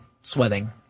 sweating